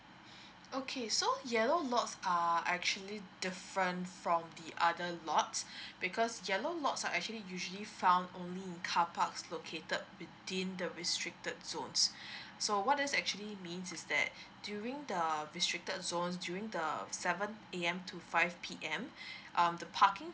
okay so yellow lots are actually different from the other lots because yellow lots are actually usually found only in car parks located within the restricted zones so what is actually means is that during the restricted zones during the seven A_M to five P_M um the parking